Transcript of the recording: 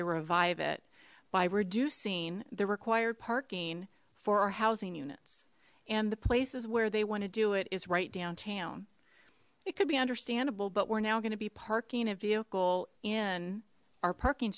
to revive it by reducing the required parking for our housing units and the places where they want to do it is right downtown it could be understandable but we're now going to be parking a vehicle in our parking